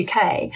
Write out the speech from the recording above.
UK